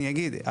אני אגיד,